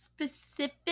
specific